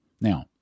Now